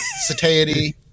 satiety